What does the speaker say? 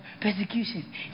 persecution